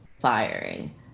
firing